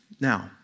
Now